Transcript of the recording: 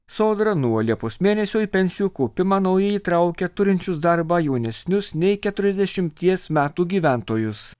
sodra nuo liepos mėnesio į pensijų kaupimą naujai įtraukia turinčius darbą jaunesnius nei keturiasdešimties metų gyventojus